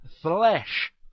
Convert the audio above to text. flesh